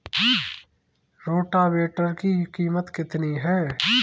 Rotavator की कीमत कितनी है?